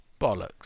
bollocks